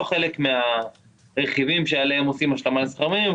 חלק מהרכיבים שעליהם עושים השלמת שכר מינימום,